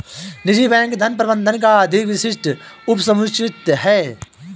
निजी बैंकिंग धन प्रबंधन का अधिक विशिष्ट उपसमुच्चय है